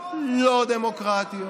לא דמוקרטיות.